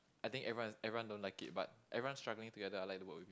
I think everyones everyone don't like it but everyone struggling together I like to work with